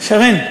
שרן.